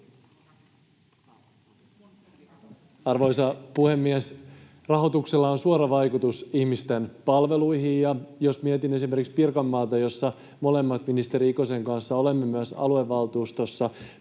Arvoisa puhemies! Rahoituksella on suora vaikutus ihmisten palveluihin, ja jos mietin esimerkiksi Pirkanmaata, jossa me molemmat ministeri Ikosen kanssa olemme myös aluevaltuustossa